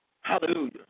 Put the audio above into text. Hallelujah